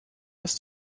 dass